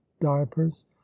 diapers